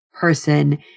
person